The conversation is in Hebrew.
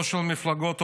לא של מפלגות האופוזיציה,